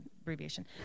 abbreviation